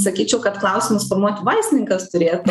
sakyčiau kad klausimus formuoti vaistininkas turėtų